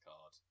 card